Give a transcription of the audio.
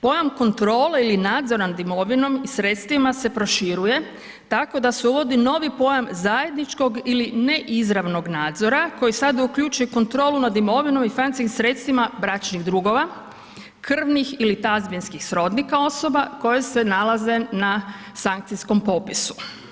Pojam kontrole ili nadzora nad imovinom i sredstvima se proširuje tako da se uvodi novi pojam zajedničkog ili neizravnog nadzora koji sada uključuje kontrolu nad imovinom i financijskim sredstvima bračnih drugova, krvnih ili tazbinskih srodnika osoba koje se nalaze na sankcijskom popisu.